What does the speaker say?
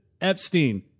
Epstein